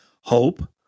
Hope